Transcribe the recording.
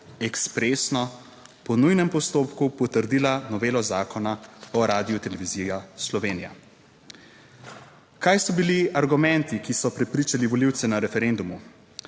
ekspresno, po nujnem postopku potrdila novelo Zakona o Radioteleviziji Slovenija. Kaj so bili argumenti, ki so prepričali volivce na referendumu?